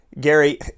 Gary